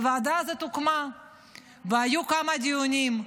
הוועדה הזאת הוקמה והיו כמה דיונים,